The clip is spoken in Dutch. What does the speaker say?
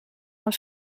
van